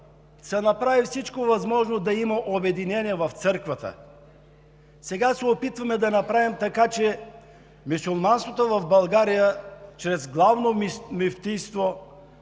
се направи всичко възможно да има обединение в Църквата. Сега се опитваме да направим така, че мюсюлманството в България чрез Главното мюфтийство